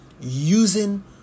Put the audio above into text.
using